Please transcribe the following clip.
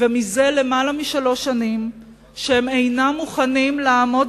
וזה יותר משלוש שנים שהם אינם מוכנים לעמוד